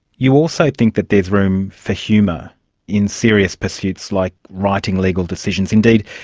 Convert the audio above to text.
you also think that there's room for humour in serious pursuits like writing legal decisions. indeed,